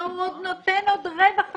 אלא הוא נותן עוד רווח לשב"נים,